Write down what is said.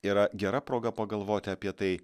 yra gera proga pagalvoti apie tai